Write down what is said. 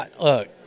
Look